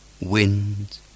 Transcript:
Wind